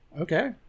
okay